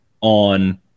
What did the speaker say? on